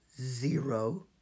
zero